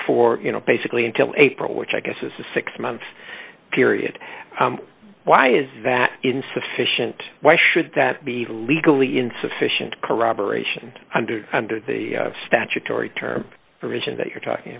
for you know basically until april which i guess is the six month period why is that insufficient why should that be legally insufficient corroboration under under the statutory term provision that you're talking